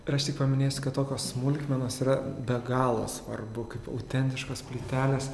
ir aš tik paminėsiu kad tokios smulkmenos yra be galo svarbu kaip autentiškos plytelės